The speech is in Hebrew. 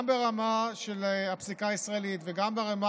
גם ברמה של הפסיקה הישראלית וגם ברמה